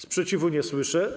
Sprzeciwu nie słyszę.